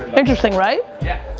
interesting, right?